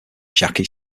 jackie